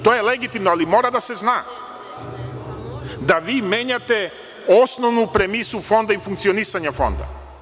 To je legitimno, ali mora da se zna da vi menjate osnovnu premisu Fonda i funkcionisanje Fonda.